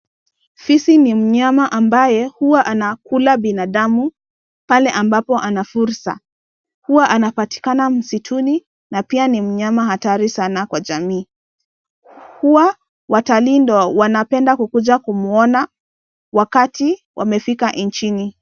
Fisi ni mnyama ambaye huwa anakula binadamu, pale ambapo ana fursa. Huwa anapatikana msituni, na pia ni mnyama hatari sana kwa jamii. Hua watalii ndio wanapenda kuja kumuona, wakati wamefika nchini.